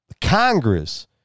Congress